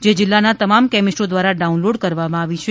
તે જીલ્લાના તમામ કેમિસ્ટો દ્વારા ડાઉનલોડ કરવામાં આવી છે